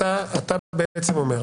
אתה בעצם אומר,